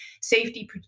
safety